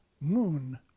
moon